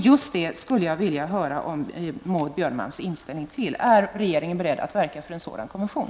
Jag skulle vilka höra Maud Björnemalms inställning till just detta. Är regeringen beredd att verka för en sådan konvention?